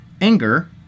Anger